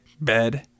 bed